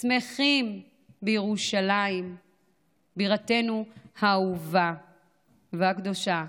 אנחנו גם שמחים בירושלים בירתנו האהובה והקדושה,